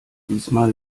diesmal